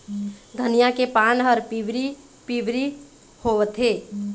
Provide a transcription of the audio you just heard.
धनिया के पान हर पिवरी पीवरी होवथे?